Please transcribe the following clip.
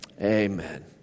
amen